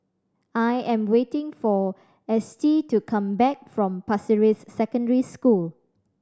I am waiting for Estie to come back from Pasir Ris Secondary School